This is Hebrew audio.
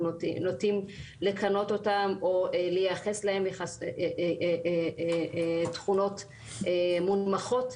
נוטים לכנות אותן או לייחס להן תכונות מונמכות,